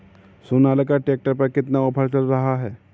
Sonalika tractor पर कितना offer चल रहा है?